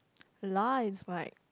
lah is like